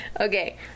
Okay